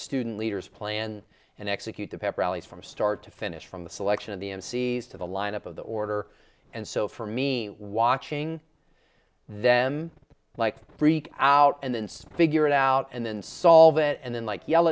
student leaders plan and execute the pep rallies from start to finish from the selection of the mcs to the lineup of the order and so for me watching them like freaked out and then some figure it out and then solve it and then like yell